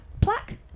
Plaque